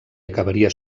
acabaria